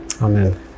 Amen